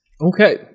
Okay